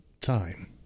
time